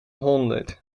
honderd